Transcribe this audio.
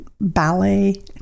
ballet